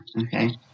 Okay